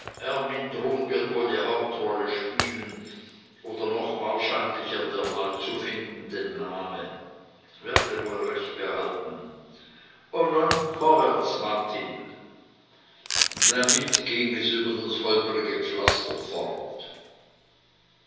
ermyntrud wird wohl die hauptrolle spielen oder noch wahrscheinlicher der neu zu findende name werde wohl recht behalten und nun vorwärts martin damit ging es über das holperige pflaster fort